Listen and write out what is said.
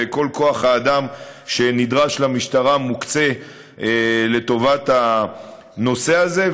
וכל כוח האדם שנדרש למשטרה מוקצה לטובת הנושא הזה.